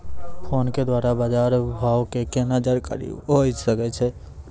Phone के द्वारा बाज़ार भाव के केना जानकारी होय सकै छौ?